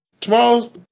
Tomorrow